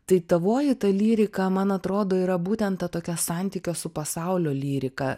tai tavoji ta lyrika man atrodo yra būtent ta tokia santykio su pasauliu lyrika